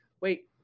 Wait